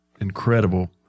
incredible